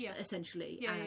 essentially